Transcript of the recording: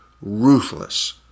ruthless